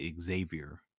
Xavier